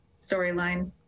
storyline